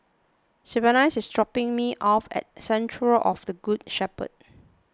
Sylvanus is dropping me off at Cathedral of the Good Shepherd